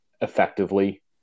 effectively